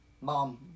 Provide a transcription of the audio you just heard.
mom